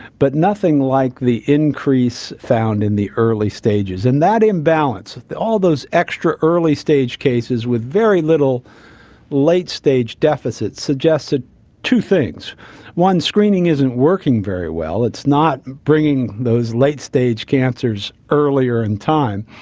but nothing like the increase found in the early stages. and that imbalance, all those extra early-stage cases with very little late-stage deficits suggested two things one, screening isn't working very well, it's not bringing those late-stage cancers earlier in time,